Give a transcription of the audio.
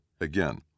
again